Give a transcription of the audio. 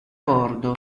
bordo